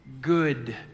good